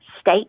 state